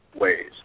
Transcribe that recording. ways